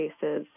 cases